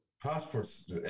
Passports